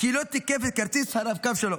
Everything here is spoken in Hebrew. כי הוא לא תיקף את כרטיס הרב-קו שלו,